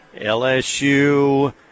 LSU